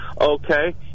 okay